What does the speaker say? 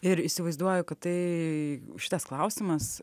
ir įsivaizduoju kad tai šitas klausimas